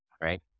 right